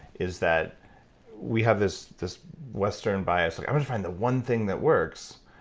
is that we have this this western bias. we always find the one thing that works.